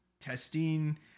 testing